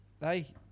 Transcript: Hey